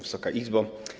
Wysoka Izbo!